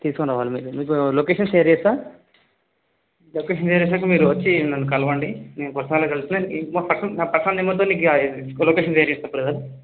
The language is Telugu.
తీసుకొని రావాలి మీకు లొకేషన్ షేర్ చేస్తా లొకేషన్ షేర్ చేసాక మీరు వచ్చి నన్ను కలవండి మీరు పర్సనల్గా కలిస్తే లొకేషన్ షేర్ చేస్తా బ్రదర్